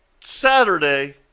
Saturday